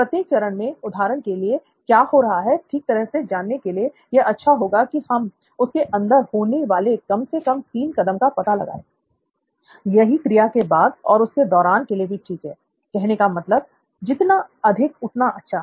प्रत्येक चरण में उदाहरण के लिए क्या हो रहा है ठीक तरह से जानने के लिए यह अच्छा होगा कि हम उसके अंदर होने वाले कम से कम तीन कदम का पता लगाएँ यही क्रिया के "बाद" और उसके "दौरान" के लिए भी ठीक है कहने का मतलब जितना अधिक उतना अच्छा